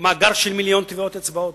מאגר של מיליון טביעות אצבעות,